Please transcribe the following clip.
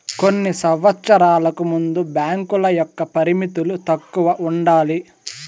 కొన్ని సంవచ్చరాలకు ముందు బ్యాంకుల యొక్క పరిమితులు తక్కువ ఉండాలి